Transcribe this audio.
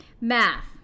Math